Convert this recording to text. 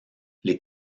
les